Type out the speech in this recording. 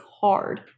hard